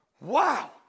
Wow